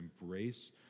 embrace